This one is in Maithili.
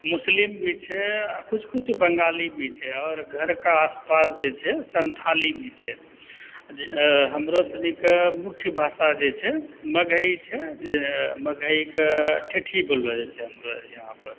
मुसलिम भी छै आओर किछु किछु बंगाली भी छै आओर घरके आस पास जे छै सन्थाली भी छै हमरो सनिके मुख्य भाषा जे छै मगही छै जे मगहीके ठेठी बोललो जाइ छै हमरो यहाँ पर